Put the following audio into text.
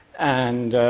and